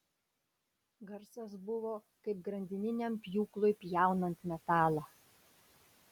garsas buvo kaip grandininiam pjūklui pjaunant metalą